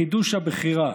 לחידוש הבחירה.